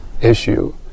issue